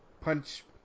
punch